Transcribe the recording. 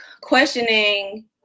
questioning